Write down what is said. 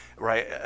Right